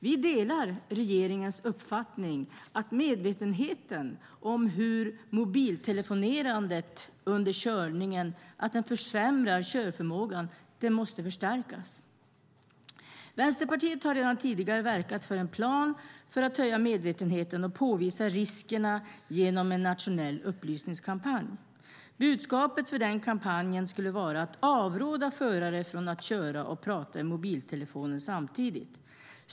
Vi delar regeringens uppfattning att medvetenheten om hur mobiltelefonerande under körning försämrar körförmågan måste förstärkas. Vänsterpartiet har redan tidigare verkat för en plan för att höja medvetenheten och påvisa riskerna genom en nationell upplysningskampanj. Budskapet för kampanjen skulle vara att avråda förare från att köra och prata i mobiltelefonen samtidigt.